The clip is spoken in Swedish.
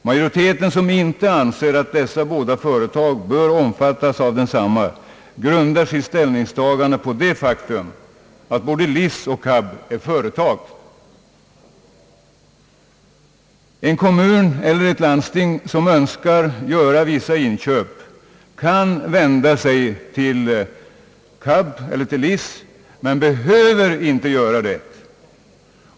Majoriteten, som inte ser detta, grundar sitt ställningstagande på det faktum att både LIC och KAB är företag. En kommun eller ett landsting, som önskar göra vissa inköp, kan vända sig till KAB eller till LIC, men behöver inte göra det.